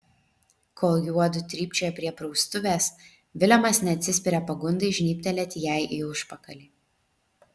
kol juodu trypčioja prie praustuvės vilemas neatsispiria pagundai žnybtelėti jai į užpakalį